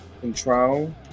control